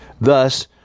Thus